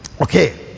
Okay